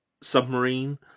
submarine